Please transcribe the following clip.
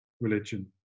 religion